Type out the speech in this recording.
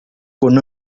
con